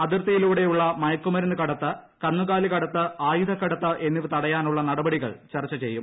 അതിർത്തിയിലൂടെയുള്ള മയക്കുമരുന്ന് കടത്ത് കന്നുകാലികടത്ത് ആയുധകടത്ത് എന്നിവ തടയാനുള്ള നടപടികൾ ചർച്ച ചെയ്യും